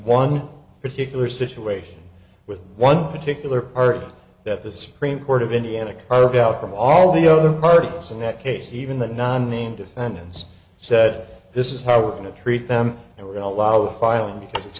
one particular situation with one particular party that the supreme court of indiana carved out from all the other articles in that case even the nine name defendants said this is how we're going to treat them and we're going to allow the filing because it's